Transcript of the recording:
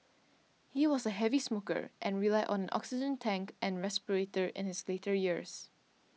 he was a heavy smoker and relied on oxygen tank and respirator in his later years